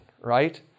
right